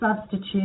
substitute